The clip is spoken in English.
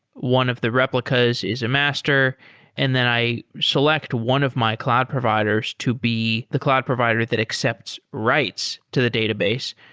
one of the replicas is a master and then i select one of my cloud providers to be the cloud provider that accepts writes to the database,